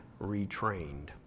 retrained